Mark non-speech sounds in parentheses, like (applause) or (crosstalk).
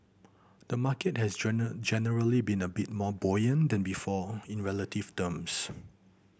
the market has (unintelligible) generally been a bit more buoyant than before in relative terms